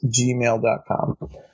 gmail.com